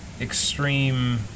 extreme